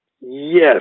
Yes